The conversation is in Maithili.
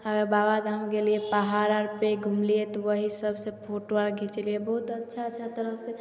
आगे बाबा धाम गेलिए पहाड़ आर पर घूमलिए तऽ वही सब से फोटो आर घीचलिए बहुत अच्छा अच्छा तरह से